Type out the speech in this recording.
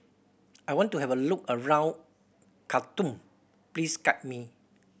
I want to have a look around Khartoum please guide me